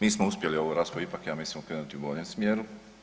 Mi smo uspjeli ovu raspravu ipak, ja mislim, okrenuti u boljem smjeru.